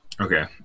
Okay